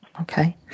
Okay